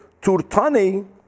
Turtani